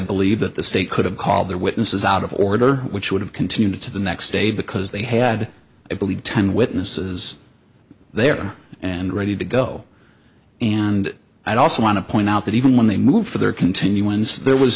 believe that the state could have called their witnesses out of order which would have continued to the next day because they had i believe ten witnesses there and ready to go and i also want to point out that even when they moved for their continuance there was